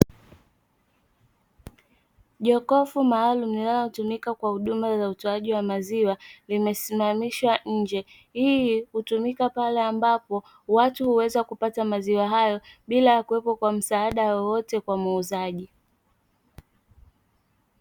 Jokofu maalumu linalotumika kwa huduma za utoaji wa maziwa, limesimamishwa nje. Hii hutumika pale ambapo watu huweza kupata maziwa hayo, bila ya kuwepo kwa msaada wowote kwa muuzaji.